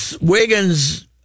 Wiggins